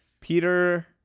Peter